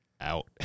out